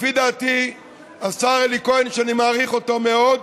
לפי דעתי, השר אלי כהן, שאני מעריך אותו מאוד,